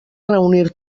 reunir